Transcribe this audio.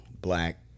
black